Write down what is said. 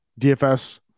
dfs